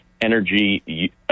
energy